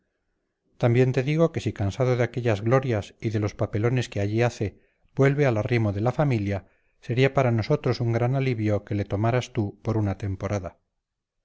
también te digo que si cansado de aquellas glorias y de los papelones que allí hace vuelve al arrimo de la familia sería para nosotros un gran alivio que le tomaras tú por una temporada